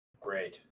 great